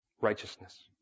Righteousness